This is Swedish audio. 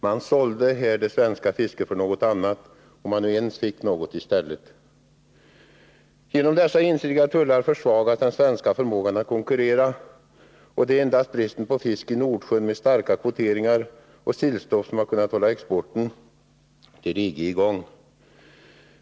Man sålde det svenska fisket för något annat — om man nu ens fick något i stället. Genom dessa ensidiga tullar försvagas den svenska förmågan att konkurrera, och det är endast bristen på fisk i Nordsjön med starka kvoteringar och sillstopp som har kunnat hålla exporten till EG i gång.